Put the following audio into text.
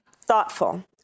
thoughtful